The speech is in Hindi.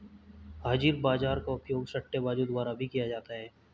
हाजिर बाजार का उपयोग सट्टेबाजों द्वारा भी किया जाता है